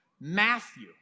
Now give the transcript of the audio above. Matthew